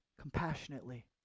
Compassionately